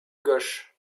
gauche